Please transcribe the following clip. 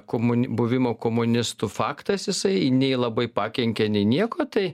komuni buvimo komunistu faktas jisai nei labai pakenkė nei nieko tai